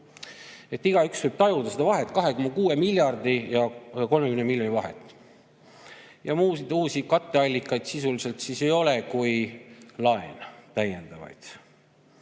Igaüks võib tajuda seda vahet, 2,6 miljardi ja 30 miljoni vahet. Ja muid uusi katteallikaid sisuliselt ei ole kui ainult laen.